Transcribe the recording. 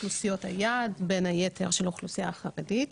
אוכלוסיות היעד, בין היתר של האוכלוסייה החרדית.